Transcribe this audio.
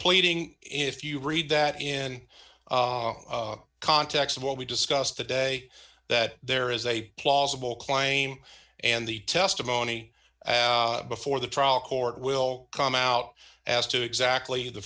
pleading if you read that in context of what we discussed today that there is a plausible claim and the testimony before the trial court will come out as to exactly the